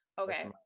Okay